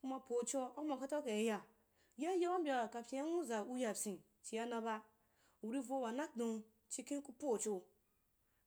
Kuma po xhoa ama kata ukai ya, yayau mbya kapyaa nwuza uyapyin chi naba uri vo wanadon chiken ku po cho,